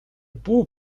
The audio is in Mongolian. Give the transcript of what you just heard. бүү